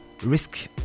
risk